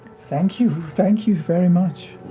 thank you, thank you very much.